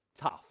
tough